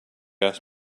ask